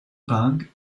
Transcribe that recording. bank